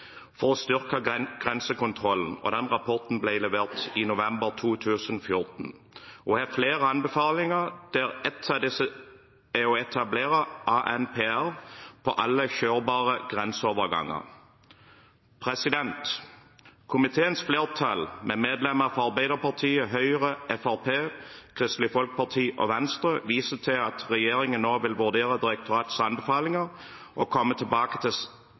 for å styrke grensekontrollen. Den rapporten ble levert i november 2014 og har flere anbefalinger, der en av disse er å etablere ANPR på alle kjørbare grenseoverganger. Komiteens flertall, medlemmene fra Arbeiderpartiet, Høyre, Fremskrittspartiet, Kristelige Folkeparti og Venstre, viser til at regjeringen nå vil vurdere direktoratets anbefalinger og komme tilbake til